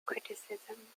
criticism